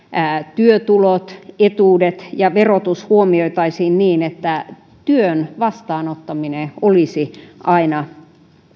työtulot etuudet ja verotus huomioitaisiin niin että työn vastaanottaminen olisi aina